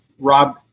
Rob